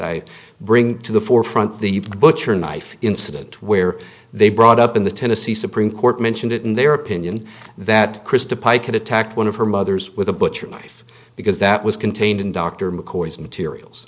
i bring to the forefront the butcher knife incident where they brought up in the tennessee supreme court mentioned it in their opinion that christa pike could attack one of her mothers with a butcher knife because that was contained in dr mccoy's materials